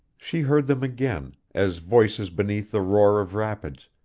she heard them again, as voices beneath the roar of rapids,